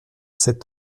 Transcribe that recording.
cet